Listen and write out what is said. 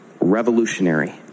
revolutionary